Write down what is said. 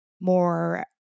more